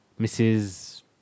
Mrs